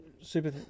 super